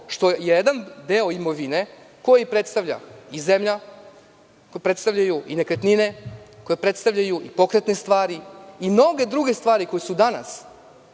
što jedan deo imovine koji predstavlja i zemlja, koji predstavljaju i nekretnine, koji predstavljaju i pokretne stvari i mnoge druge stvari koje su danas